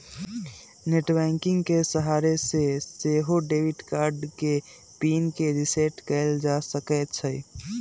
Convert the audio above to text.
net banking के सहारे से सेहो डेबिट कार्ड के पिन के रिसेट कएल जा सकै छइ